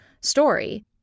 story